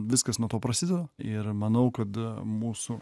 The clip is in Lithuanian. viskas nuo to prasideda ir manau kad mūsų